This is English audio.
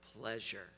pleasure